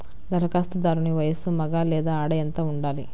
ధరఖాస్తుదారుని వయస్సు మగ లేదా ఆడ ఎంత ఉండాలి?